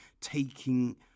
Taking